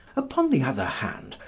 upon the other hand,